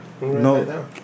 No